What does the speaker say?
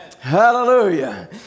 Hallelujah